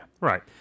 Right